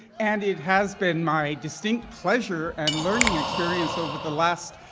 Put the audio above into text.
and it has been my distinct pleasure and learning experience over the last